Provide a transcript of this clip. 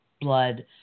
blood